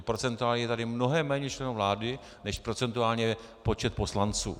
Procentuálně je tady mnohem méně členů vlády než procentuálně počet poslanců.